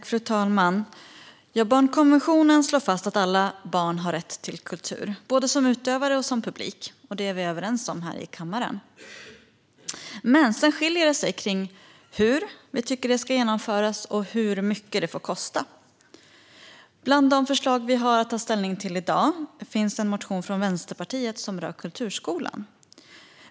Fru talman! Barnkonventionen slår fast att alla barn har rätt till kultur, både som utövare och som publik. Det är vi överens om här i kammaren. Men sedan skiljer det sig när det gäller hur vi tycker att det ska genomföras och hur mycket det får kosta. Bland de förslag vi har att ta ställning till i dag finns en motion från Vänsterpartiet som rör kulturskolan.